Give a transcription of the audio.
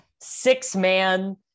six-man